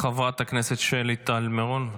חברת הכנסת שלי טל מירון, בבקשה.